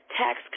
tax